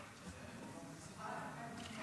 שלוש דקות.